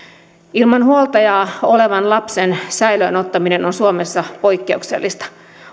ilman huoltajaa olevan lapsen säilöön ottaminen on suomessa poikkeuksellista